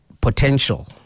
potential